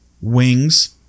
wings